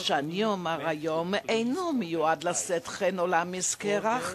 מה שאומַר היום אינו מיועד לשאת חן או להמס קרח,